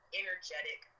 energetic